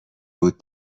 بود